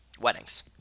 Weddings